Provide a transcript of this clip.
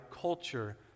culture